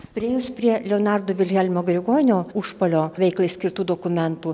priėjus prie leonardo vilhelmo grigonio užpalio veiklai skirtų dokumentų